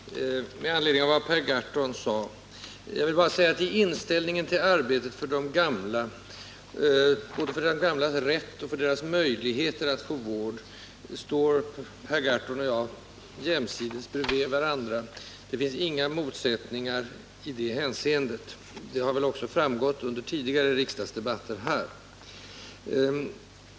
Herr talman! Med anledning av vad Per Gahrton sade vill jag framhålla att i inställningen till arbetet för de gamla — både för deras rätt och för deras möjligheter att få vård — står Per Gahrton och jag jämsides bredvid varandra. Det finns inga motsättningar i det hänseendet, och det har väl också framgått under tidigare riksdagsdebatter.